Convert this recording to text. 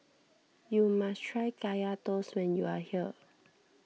you must try Kaya Toast when you are here